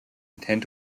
intend